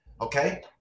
okay